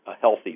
healthy